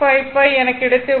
155 என கிடைத்துள்ளது